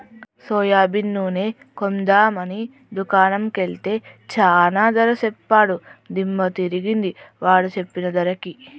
soybean నూనె కొందాం అని దుకాణం కెల్తే చానా ధర సెప్పాడు దిమ్మ దిరిగింది వాడు సెప్పిన ధరకి